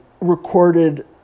recorded